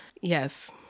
Yes